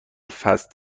فست